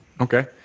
okay